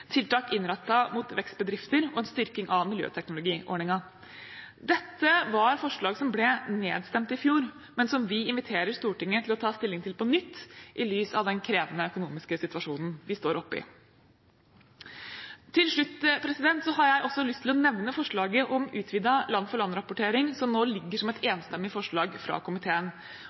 tiltak innrettet mot vekstbedrifter og en styrking av miljøteknologiordningen. Dette var forslag som ble nedstemt i fjor, men som vi inviterer Stortinget til å ta stilling til på nytt, i lys av den krevende økonomiske situasjonen vi står oppe i. Til slutt har jeg også lyst til å nevne forslaget om utvidet land-for-land-rapportering, som nå ligger som et